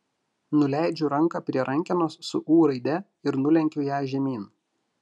nuleidžiu ranką prie rankenos su ū raide ir nulenkiu ją žemyn